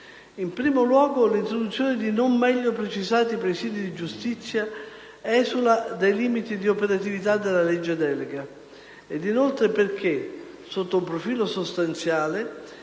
In primo luogo, l'introduzione di non meglio precisati presìdi di giustizia esula dai limiti di operatività della legge delega. Inoltre, sotto un profilo sostanziale,